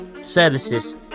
services